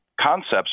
concepts